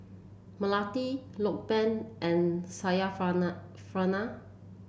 Melati Lokman and Syarafina